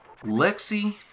Lexi